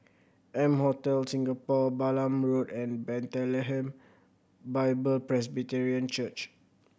M Hotel Singapore Balam Road and Bethlehem Bible Presbyterian Church